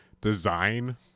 design